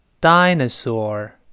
dinosaur